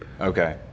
Okay